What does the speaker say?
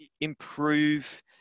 improve